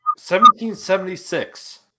1776